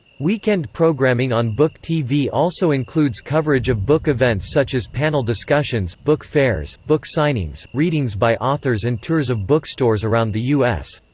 weekend programming on book tv also includes coverage of book events such as panel discussions, book fairs, book signings, readings by authors and tours of bookstores around the u s.